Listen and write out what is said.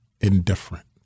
indifferent